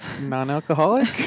non-alcoholic